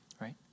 right